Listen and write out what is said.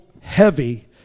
heavy